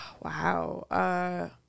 Wow